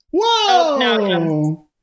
Whoa